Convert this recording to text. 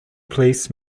police